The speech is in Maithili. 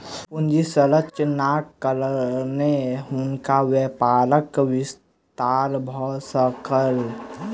पूंजी संरचनाक कारणेँ हुनकर व्यापारक विस्तार भ सकल